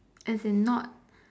as in not